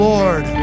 Lord